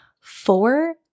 four